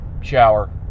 shower